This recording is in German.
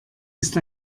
ist